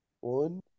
One